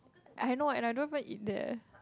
I know and I don't eat there